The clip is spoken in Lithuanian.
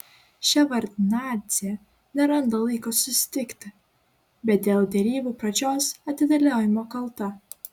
ševardnadzė neranda laiko susitikti bet dėl derybų pradžios atidėliojimo kalta